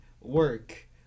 work